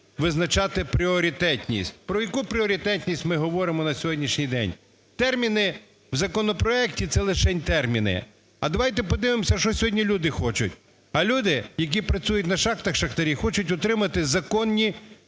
визначати пріоритетність. Про яку пріоритетність ми говоримо на сьогоднішній день? Терміни в законопроекті – це лишень терміни. А давайте подивимося, що сьогодні люди хочуть. А люди, які працюють на шахтах, шахтарі, хочуть отримати законні